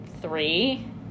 three